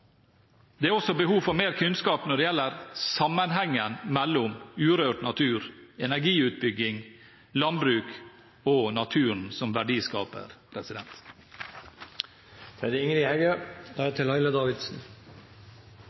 Det er også behov for mer kunnskap når det gjelder sammenhengen mellom urørt natur, energiutbygging, landbruk og naturen som verdiskaper. Reiselivsnæringa er ei